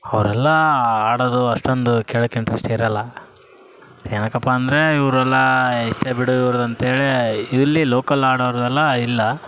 ಅವ್ರೆಲ್ಲ ಹಾಡೋದು ಅಷ್ಟೊಂದು ಕೇಳೋಕ್ ಇಂಟ್ರೆಸ್ಟ್ ಇರೋಲ್ಲ ಯಾಕಪ್ಪ ಅಂದರೆ ಇವರೆಲ್ಲಾ ಇಷ್ಟೇ ಬಿಡು ಇವ್ರದ್ದು ಅಂತೇಳಿ ಇಲ್ಲಿ ಲೋಕಲ್ ಹಾಡೋರೆಲ್ಲ ಇಲ್ಲ